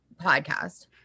podcast